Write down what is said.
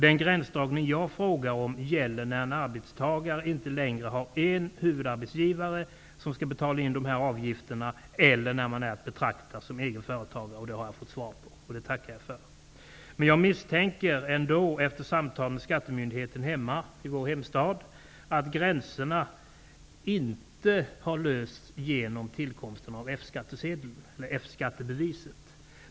Den gränsdragning som jag frågar om gäller när en arbetstagare inte längre har en huvudarbetsgivare som skall betala in avgifter eller när en arbetstagare är att betrakta som egen företagare. Den frågan har jag fått svar på, och det tackar jag för. Efter samtal med skattemyndigheten i min hemstad misstänker jag ändå att problemet med gränserna inte har lösts genom tillkomsten av F skattebevisen.